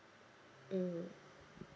mm